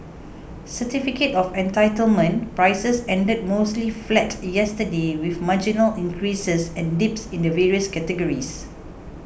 certificate of entitlement prices ended mostly flat yesterday with marginal increases and dips in the various categories